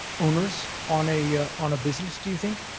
onerous on a on a business do you think?